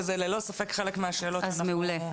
וזה ללא ספק חלק מהשאלות שאנחנו מעלים.